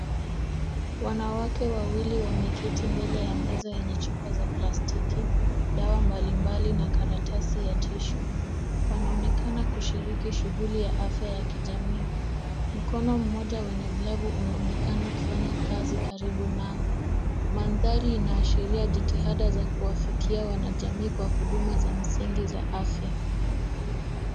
Wanawake wawili wameketi mbele ya meza yenye chupa za plastiki, dawa mbalimbali na karatasi ya tishu. Wanaonekana kushiriki shughuli ya afya ya kijamii. Mkono mmoja wenye glavu, unaonekana ukifanya kazi karibu nao. Maaanthari inaashiria jitihada za kuwafikia wanajamii kwa huduma za msingi za afya.